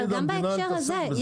אבל גם בהקשר הזה,